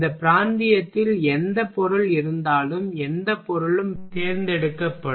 இந்த பிராந்தியத்தில் எந்த பொருள் இருந்தாலும் எந்த பொருளும் வேட்பாளராக தேர்ந்தெடுக்கப்படும்